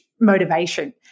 motivation